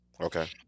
Okay